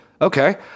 Okay